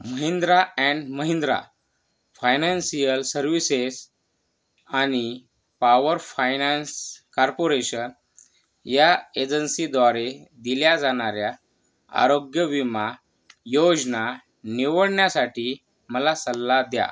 Mahindra and Mahindra financial services आणि power finance corporation या एजन्सीद्वारे दिल्या जाणाऱ्या आरोग्य विमा योजना निवडण्यासाठी मला सल्ला द्या